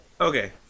Okay